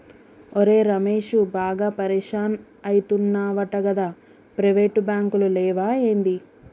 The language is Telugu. ఒరే రమేశూ, బాగా పరిషాన్ అయితున్నవటగదా, ప్రైవేటు బాంకులు లేవా ఏంది